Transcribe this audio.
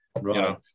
right